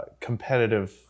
competitive